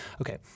okay